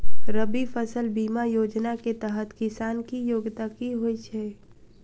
रबी फसल बीमा योजना केँ तहत किसान की योग्यता की होइ छै?